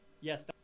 Yes